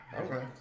Okay